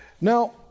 Now